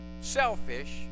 selfish